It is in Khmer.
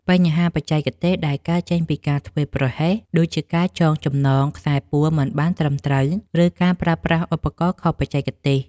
បញ្ហាបច្ចេកទេសដែលកើតចេញពីការធ្វេសប្រហែស ដូចជាការចងចំណងខ្សែពួរមិនបានត្រឹមត្រូវ ឬការប្រើប្រាស់ឧបករណ៍ខុសបច្ចេកទេស។